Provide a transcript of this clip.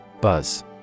Buzz